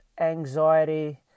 anxiety